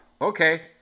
Okay